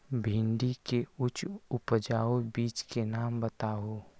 भिंडी के उच्च उपजाऊ बीज के नाम बताऊ?